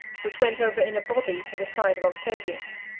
which went over in a body to the side of octavius.